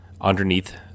underneath